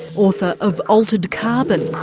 author of altered carbon.